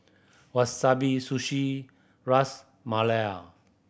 Wasabi Sushi Ras Malai